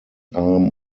arm